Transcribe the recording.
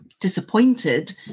disappointed